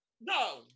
No